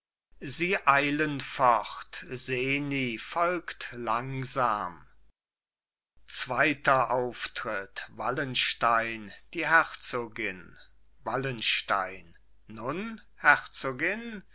sie eilen fort seni folgt langsam zweiter auftritt wallenstein die herzogin wallenstein nun herzogin